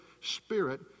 Spirit